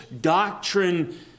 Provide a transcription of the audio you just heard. doctrine